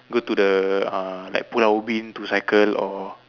go to the uh like Pulau-Ubin to cycle or